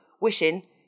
wishing